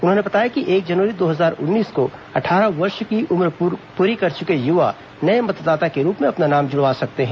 उन्होंने बताया कि एक जनवरी दो हजार उन्नीस को अट्ठारह वर्ष की उम्र पूरी कर चुके युवा नए मतदाता के रूप में अपना नाम जुड़वा सकते हैं